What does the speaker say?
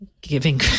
giving